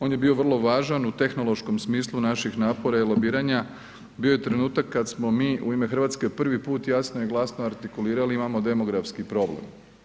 On je bio vrlo važan u tehnološkom smislu naših napora i lobiranja, bio je trenutak kad smo mi u ime Hrvatske prvi puta jasno i glasno artikulirati imamo demografski problem.